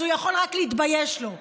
אז הוא יכול רק להתבייש לו,